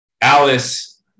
Alice